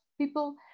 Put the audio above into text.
people